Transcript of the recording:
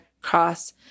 cross